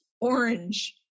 orange